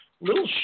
little